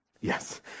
Yes